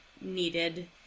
needed